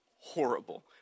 Horrible